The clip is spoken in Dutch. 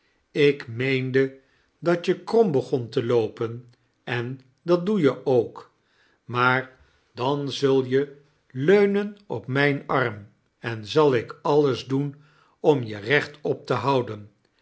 ik meende dat je krom begon te loopen en dat doe je ook maar dan zral je leunen op mijn arm en zal ik alles doen om je rechtop te houden